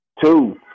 Two